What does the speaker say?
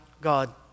God